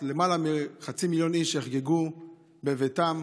למעלה מחצי מיליון איש, יחגגו בביתם,